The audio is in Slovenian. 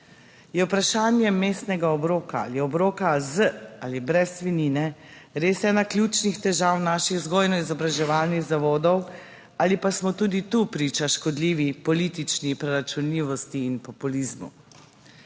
Je vprašanje mestnega obroka, ali je obrok z ali brez svinjine res ena ključnih težav naših vzgojno izobraževalnih zavodov ali pa smo tudi tu priča škodljivi politični preračunljivosti in populizmu?